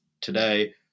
today